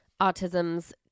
autism's